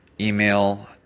email